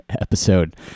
episode